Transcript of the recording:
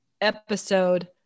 episode